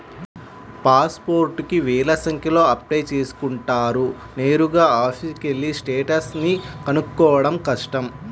pass పోర్టుకి వేల సంఖ్యలో అప్లై చేసుకుంటారు నేరుగా ఆఫీసుకెళ్ళి స్టేటస్ ని కనుక్కోడం కష్టం